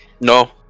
No